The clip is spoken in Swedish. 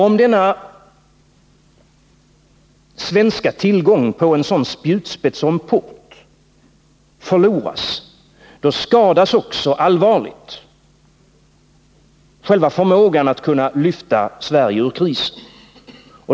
Om denna svenska tillgång i form av en sådan spjutspets och en sådan port förloras, då skadas också allvarligt själva förmågan att lyfta Sverige ur krisen.